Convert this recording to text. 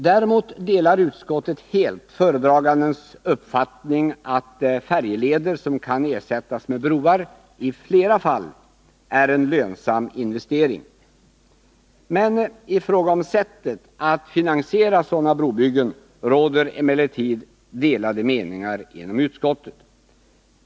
Däremot delar utskottet helt föredragandens uppfattning att det i flera fall innebär lönsamma investeringar att ersätta färjeleder med broar. I fråga om sättet att finansiera sådana brobyggen råder emellertid delade meningar inom utskottet.